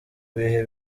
bihe